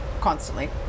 Constantly